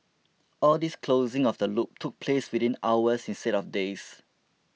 all this closing of the loop took place within hours instead of days